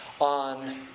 on